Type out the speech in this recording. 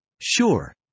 Sure